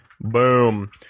Boom